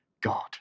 God